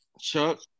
Chuck